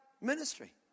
ministry